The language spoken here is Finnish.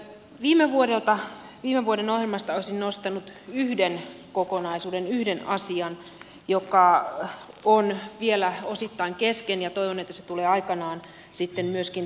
viime vuoden ohjelmasta olisin nostanut yhden kokonaisuuden yhden asia joka on vielä osittain kesken ja toivon että se tulee aikanaan sitten myöskin toteutetuksi